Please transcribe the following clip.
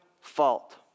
fault